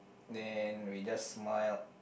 then we just smile